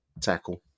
tackle